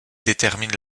détermine